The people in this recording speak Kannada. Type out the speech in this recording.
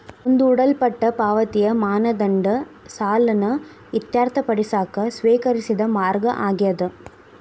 ಮುಂದೂಡಲ್ಪಟ್ಟ ಪಾವತಿಯ ಮಾನದಂಡ ಸಾಲನ ಇತ್ಯರ್ಥಪಡಿಸಕ ಸ್ವೇಕರಿಸಿದ ಮಾರ್ಗ ಆಗ್ಯಾದ